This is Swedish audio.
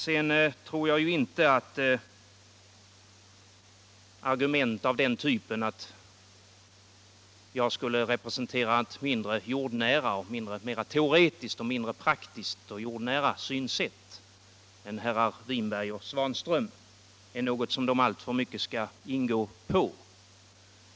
Jag tror inte att argument av den typen att jag skulle representera en mer teoretisk och mindre praktisk och jordnära syn än herrar Winberg och Svanström är något som de alltför mycket skall ingå på.